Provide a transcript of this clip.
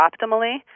optimally